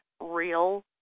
real